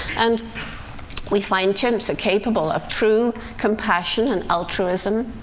and we find chimps are capable of true compassion and altruism.